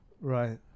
Right